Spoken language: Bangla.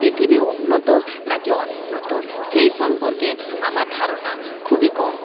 পৃথিবী উন্নত নাকি অনুন্নত সেই সম্পর্কে আমার ধারণা খুবই কম